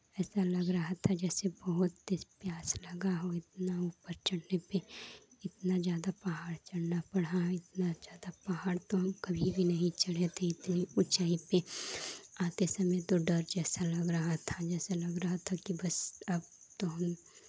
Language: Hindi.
ऐसा लग रहा था जैसे बहुत ही प्यास लगा हो उतना ऊपर चढ़ने से इतना ज़्यादा पहाड़ चढ़ना पड़ा इतना ज़्यादा पहाड़ तो हम कभी भी नहीं चढ़ी थी इतनी ऊंचाई पे आते समय तो डर जैसा लग रहा था जैसे लग रहा था कि बस अब तो हम